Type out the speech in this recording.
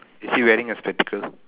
is she wearing her spectacle